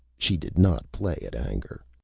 she did not play at anger.